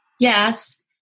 Yes